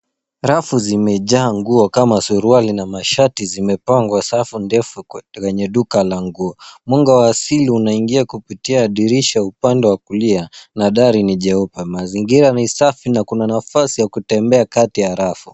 Rafu zimejaa nguo kama suruali na mashati zimepangwa safu ndefu kwenye duka la nguo. Mwanga wa asili unaingia kupitia dirisha upande wa kulia na dari ni jeupe. Mazingira ni safi na kuna nafasi ya kutembea kati ya rafu.